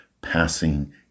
passing